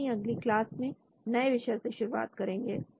हम अगली क्लास में नए विषय से शुरुआत करेंगे